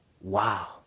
wow